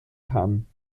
kann